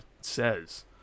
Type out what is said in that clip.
says